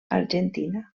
argentina